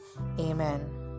Amen